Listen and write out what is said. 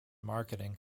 marketing